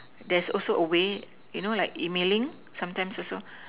there's also a way you know like emailing sometimes also